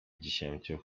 dziesięciu